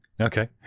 Okay